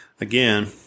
again